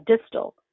distal